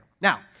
Now